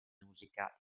musica